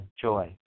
joy